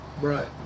right